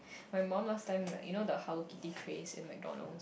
my mum last time like you know the Hello Kitty craze in McDonalds